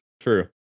True